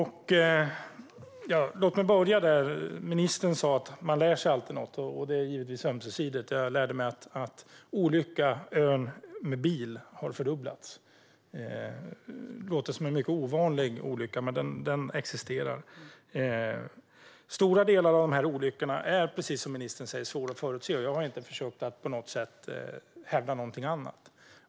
Herr talman! Ministern sa att man alltid lär sig något nytt, och det är givetvis ömsesidigt. Jag lärde mig att bilolyckor med örn har fördubblats. Det låter som en mycket ovanlig sorts olycka, men den existerar. En stor andel av de här olyckorna är svåra att förutse, precis som ministern säger, och jag har inte på något sätt försökt hävda någonting annat.